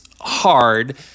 hard